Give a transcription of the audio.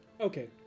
Okay